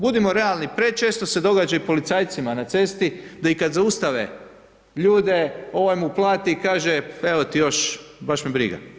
Budimo realni, prečesto se događa i policajcima na cesti, da i kada zaustave ljude, ovaj mu plati i kaže evo ti još, baš me briga.